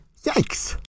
Yikes